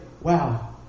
wow